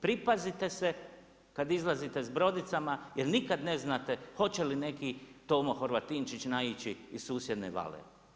Pripazite se kad izlazite s brodicama jer nikad ne znate hoće li neki Tomo Horvatinčić naići iz susjedne vale.